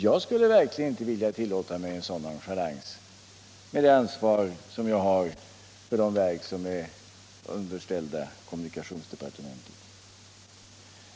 Jag skulle verkligen inte tillåta mig en sådan nonchalans med det ansvar jag har för de verk som är underställda kommunikationsdepartementet.